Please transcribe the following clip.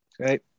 Okay